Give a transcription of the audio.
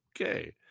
Okay